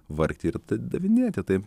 vargti ir davinėti tai